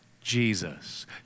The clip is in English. Jesus